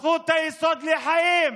זכות היסוד לחיים,